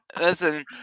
Listen